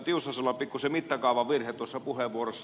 tiusasella pikkuisen mittakaavavirhe tuossa puheenvuorossa